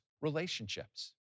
relationships